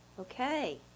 Okay